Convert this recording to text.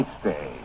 stay